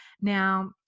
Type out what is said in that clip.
Now